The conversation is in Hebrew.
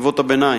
ובחטיבות הביניים,